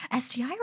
STI